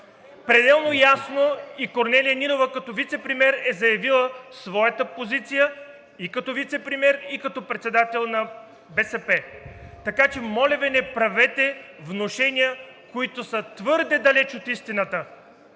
Пределно ясно и Корнелия Нинова като вицепремиер е заявила своята позиция – и като вицепремиер, и като председател на БСП. Така че моля Ви, не правете внушения, които са твърде далеч от истината.